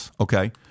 okay